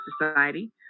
society